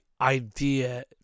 idea